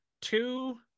two